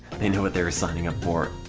they knew what they were signing up for